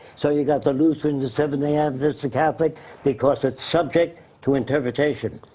so you've got the lutheran, the seventh day adventists, the catholic because it's subject to interpretation.